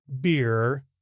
beer